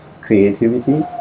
creativity